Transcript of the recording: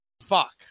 Fuck